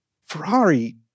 Ferrari